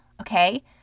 okay